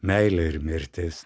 meilė ir mirtis